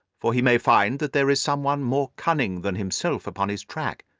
for he may find that there is someone more cunning than himself upon his track.